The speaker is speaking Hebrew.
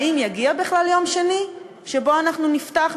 האם יגיע בכלל יום שני, שבו אנחנו נפתח מחדש?